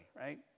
right